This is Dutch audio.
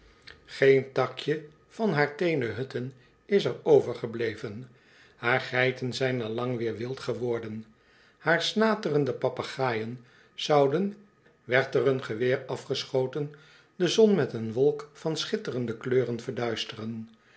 geen takje van haar teenen hutten is er overgebleven haar geiten zijn al lang weer wild geworden haar snaterende papegaaien zouden wierd er een geweer afgeschoten de zon met een wolk van schitterende kleuren verduisteren